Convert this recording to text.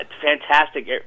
fantastic